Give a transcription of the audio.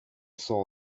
saw